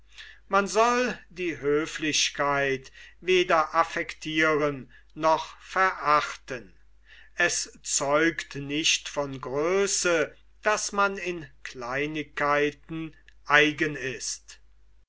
man soll die höflichkeit weder affektiren noch verachten es zeugt nicht von größe daß man in kleinigkeiten eigen ist